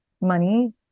money